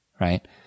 right